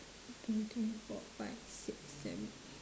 two three four five six seven